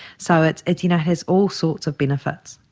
so it it you know has all sorts of benefits.